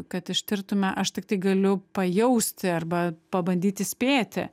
kad ištirtume aš tiktai galiu pajausti arba pabandyti spėti